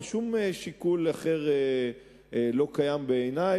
שום שיקול אחר לא קיים בעיני,